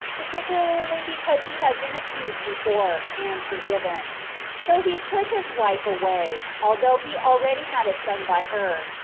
particularly because he had been accused before, and forgiven so he put his wife away, although he already had a son by her,